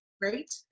great